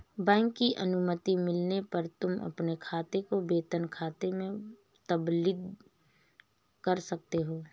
bank की अनुमति मिलने पर तुम अपने खाते को वेतन खाते में तब्दील कर सकते हो